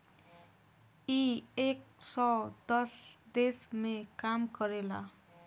इ एक सौ दस देश मे काम करेला